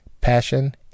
passion